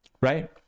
right